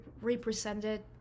represented